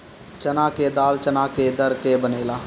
चना के दाल चना के दर के बनेला